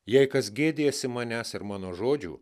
jei kas gėdijasi manęs ir mano žodžių